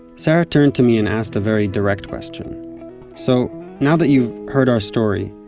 sarah turned to me and asked a very direct question so now that you've heard our story,